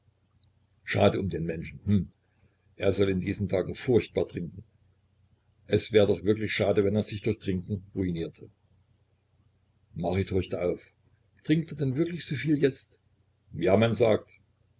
schade um den menschen hm er soll in diesen tagen furchtbar trinken es war doch wirklich schade wenn er sich durch trinken ruinierte marit horchte auf trinkt er denn wirklich so viel jetzt ja man sagt